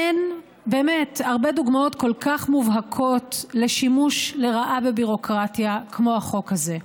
אין הרבה דוגמאות כל כך מובהקות לשימוש לרעה בביורוקרטיה כמו החוק הזה.